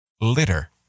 Litter